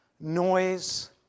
noise